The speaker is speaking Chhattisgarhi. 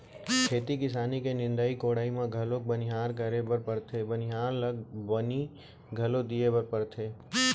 खेती किसानी के निंदाई कोड़ाई म घलौ बनिहार करे बर परथे बनिहार ल बनी घलौ दिये बर परथे